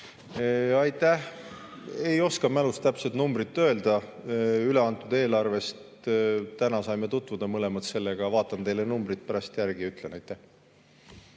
Aitäh! Ei oska mälust täpset numbrit öelda üleantud eelarvest. Täna saime tutvuda mõlemad sellega, vaatan teile numbrid pärast järele ja ütlen. Aitäh!